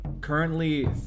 Currently